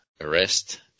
arrest